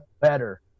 better